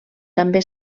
també